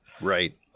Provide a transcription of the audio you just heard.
right